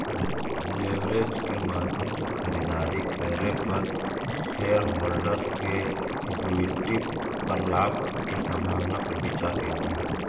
leverage के माध्यम से खरीदारी करे पर शेरहोल्डर्स के इक्विटी पर लाभ के संभावना पर विचार कईल जा हई